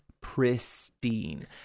pristine